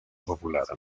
popular